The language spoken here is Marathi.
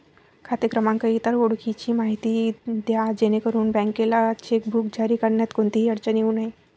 खाते क्रमांक, इतर ओळखीची माहिती द्या जेणेकरून बँकेला चेकबुक जारी करण्यात कोणतीही अडचण येऊ नये